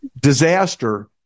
disaster